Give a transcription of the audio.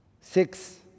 Six